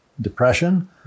Depression